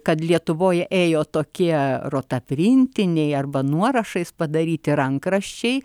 kad lietuvoj ėjo tokie rotaprintiniai arba nuorašais padaryti rankraščiai